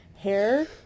Hair